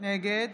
נגד